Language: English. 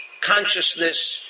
consciousness